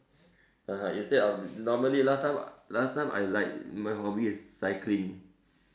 (uh huh) instead of normally last time last time I like my hobby is cycling